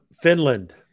Finland